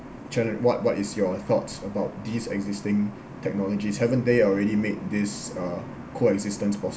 challenge what what is your thoughts about these existing technologies haven't they already made this uh coexistence possible